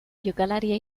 jokalari